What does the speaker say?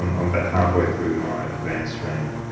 um um about halfway through my advanced training.